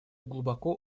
глубоко